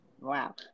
Wow